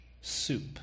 soup